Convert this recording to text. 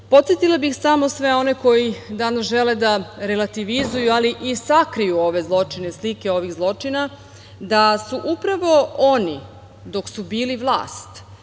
sadržaja. Podsetila bih samo sve one koji danas žele da relativizuju, ali i sakriju slike ovih zločina, da su upravo oni dok su bili vlast